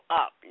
up